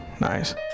nice